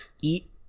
eat